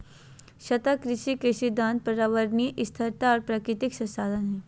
सतत कृषि के सिद्धांत पर्यावरणीय स्थिरता और प्राकृतिक संसाधन हइ